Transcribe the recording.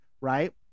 right